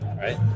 right